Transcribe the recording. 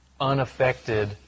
unaffected